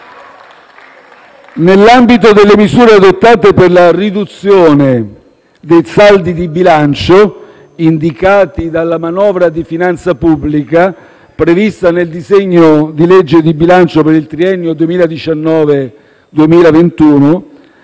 Nell'ambito delle misure adottate per la riduzione dei saldi di bilancio, indicati dalla manovra di finanza pubblica, prevista nel disegno di legge di bilancio per il triennio 2019-2021,